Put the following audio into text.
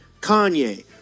Kanye